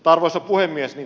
arvoisa puhemies